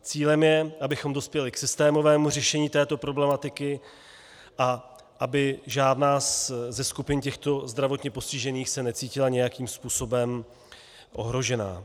Cílem je, abychom dospěli k systémovému řešení této problematiky a aby žádná ze skupin těchto zdravotně postižených se necítila nějakým způsobem ohrožena.